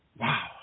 Wow